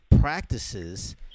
practices